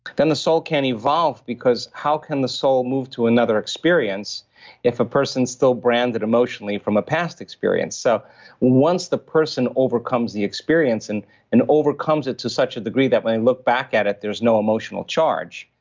then the soul can evolve because how can the soul move to another experience if a person is still branded emotionally from a past experience? so once the person overcomes the experience and and overcomes it to such a degree that when i look back at it, there's no emotional charge.